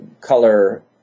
color